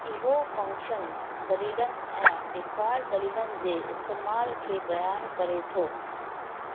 इहो फंक्शन दलीलनि ऐं डिफॉल्ट दलीलनि जे इस्तेमाल खे बयानु करे थो